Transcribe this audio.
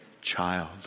child